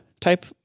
type